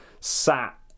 sat